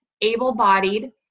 able-bodied